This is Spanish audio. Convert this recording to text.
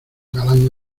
galán